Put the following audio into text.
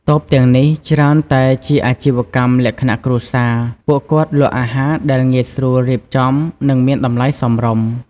តូបទាំងនេះច្រើនតែជាអាជីវកម្មលក្ខណៈគ្រួសារ។ ពួកគាត់លក់អាហារដែលងាយស្រួលរៀបចំ និងមានតម្លៃសមរម្យ។